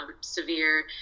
severe